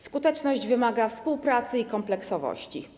Skuteczność wymaga współpracy i kompleksowości.